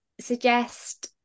suggest